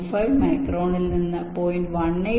25 മൈക്രോണിൽ നിന്ന് 0